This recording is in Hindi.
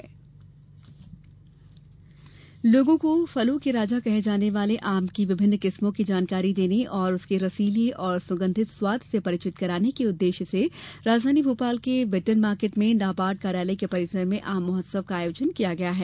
आम महोत्सव आमलोगों को फलों के राजा कहे जाने वाले आम की विभिन्न किस्मों की जानकारी देने और उनके रसीले और सुगंधित स्वाद से परिचित कराने के उददेश्य से राजधानी भोपाल के विठठन मार्केट में नाबार्ड कार्यालय के परिसर में आम महोत्सव का आयोजन किया गया है